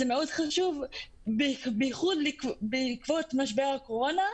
זה מאוד חשוב, בייחוד בעקבות משבר הקורונה,